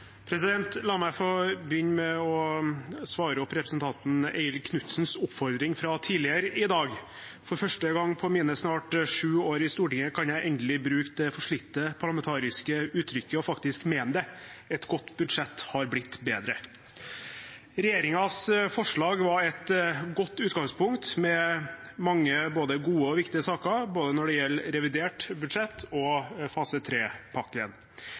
La meg få begynne med å svare opp representanten Eigil Knutsens oppfordring fra tidligere i dag. For første gang på mine snart sju år i Stortinget kan jeg endelig bruke det forslitte parlamentariske uttrykket og faktisk mene det: Et godt budsjett har blitt bedre. Regjeringens forslag var et godt utgangspunkt, med mange både gode og viktige saker både når det gjelder revidert budsjett og fase